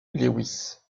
lewis